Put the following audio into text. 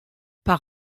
par